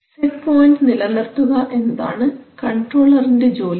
set point നിലനിർത്തുക എന്നതാണ് കൺട്രോളറിൻറെ ജോലി